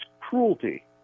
cruelty